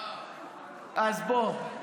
אז בוא.